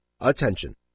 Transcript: Attention